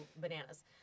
bananas